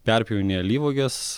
perpjauni alyvuoges